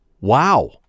Wow